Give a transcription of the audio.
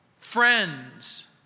Friends